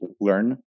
learn